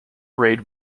raid